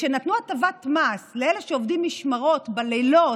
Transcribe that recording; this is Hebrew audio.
וכשנתנו הטבת מס לאלה שעובדים משמרות בלילות,